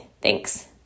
Thanks